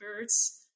birds